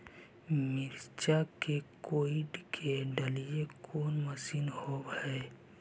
मिरचा के कोड़ई के डालीय कोन मशीन होबहय?